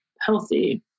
healthy